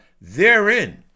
Therein